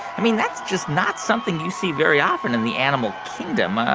i mean, that's just not something you see very often in the animal kingdom, ah